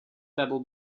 pebble